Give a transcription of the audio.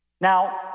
Now